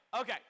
okay